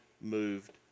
moved